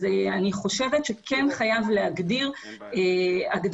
אז אני חושבת שכן חייבים להגדיר הגדרה,